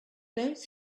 those